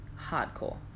hardcore